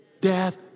death